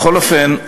בכל אופן,